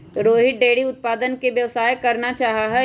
Rohit dairy उत्पादन के व्यवसाय करना चाहा हई